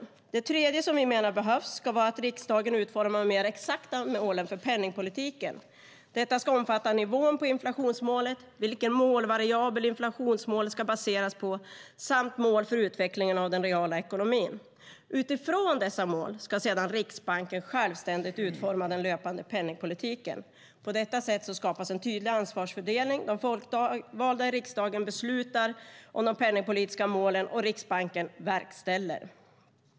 För det tredje menar vi att det behövs att riksdagen utformar de mer exakta målen för penningpolitiken. Detta ska omfatta nivån på inflationsmålet, vilken målvariabel inflationsmålet ska baseras på samt mål för utvecklingen av den reala ekonomin. Utifrån dessa mål ska sedan Riksbanken självständigt utforma den löpande penningpolitiken. På detta sätt skapas en tydlig ansvarsfördelning. De folkvalda i riksdagen beslutar om de penningpolitiska målen och Riksbanken verkställer.